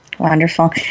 Wonderful